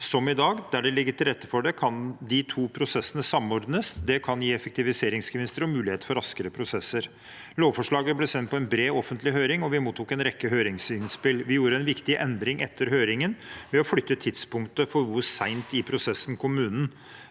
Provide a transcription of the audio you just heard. som i dag. Der det ligger til rette for det, kan de to prosessene samordnes. Det kan gi effektiviseringsgevinster og mulighet for raskere prosesser. Lovforslaget ble sendt på en bred offentlig høring, og vi mottok en rekke høringsinnspill. Vi gjorde en viktig endring etter høringen ved å flytte tidspunktet for hvor sent i prosessen kommunen